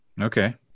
Okay